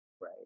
right